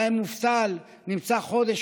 שבהם מובטל נמצא חודש,